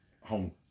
home